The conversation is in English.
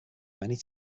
many